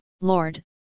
Lord